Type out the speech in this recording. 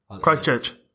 Christchurch